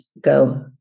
go